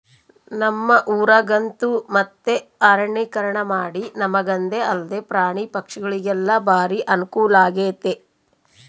ನಮ್ಮ ಊರಗಂತೂ ಮತ್ತೆ ಅರಣ್ಯೀಕರಣಮಾಡಿ ನಮಗಂದೆ ಅಲ್ದೆ ಪ್ರಾಣಿ ಪಕ್ಷಿಗುಳಿಗೆಲ್ಲ ಬಾರಿ ಅನುಕೂಲಾಗೆತೆ